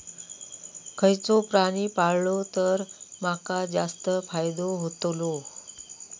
खयचो प्राणी पाळलो तर माका जास्त फायदो होतोलो?